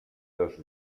dos